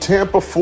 Tampa